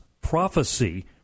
prophecy